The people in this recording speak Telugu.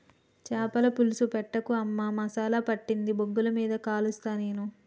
చాపల పులుసు పెట్టకు అమ్మా మసాలా పట్టించి బొగ్గుల మీద కలుస్తా నేను